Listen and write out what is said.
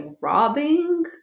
robbing